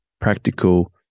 practical